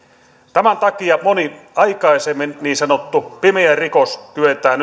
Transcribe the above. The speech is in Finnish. tämän takia moni aikaisemmin niin sanottu pimeä rikos kyetään